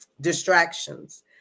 distractions